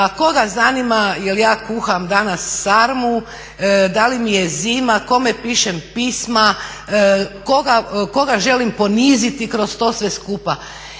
Pa koga zanima jel ja kuham danas sarmu, da li mi je zima, kome pišem pisma, koga želim poniziti kroz to sve skupa.